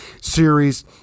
series